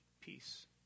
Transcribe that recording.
peace